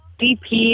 DP